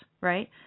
right